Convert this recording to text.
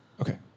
okay